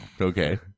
Okay